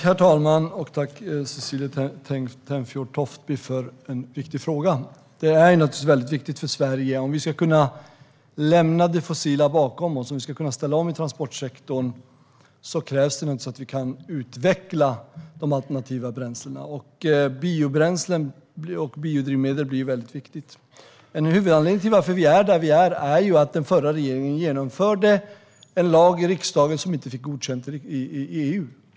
Herr talman! Tack, Cecilie Tenfjord-Toftby, för en viktig fråga! Om vi ska kunna lämna det fossila bakom oss och ställa om i transportsektorn krävs det naturligtvis att vi kan utveckla de alternativa bränslena. Biobränsle och biodrivmedel är då väldigt viktiga. En huvudanledning till att vi befinner oss där vi gör är att den förra regeringen drev igenom en lag i riksdagen som inte fick godkänt i EU.